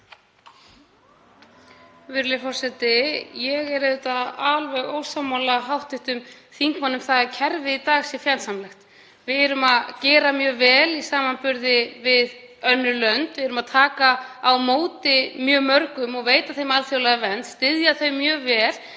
Virðulegi forseti. Ég er auðvitað ósammála hv. þingmanni um að kerfið í dag sé fjandsamlegt. Við erum að gera mjög vel í samanburði við önnur lönd. Við erum að taka á móti mjög mörgum og veita þeim alþjóðlega vernd, styðja þau mjög vel